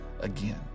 again